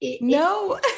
no